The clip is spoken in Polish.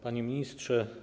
Panie Ministrze!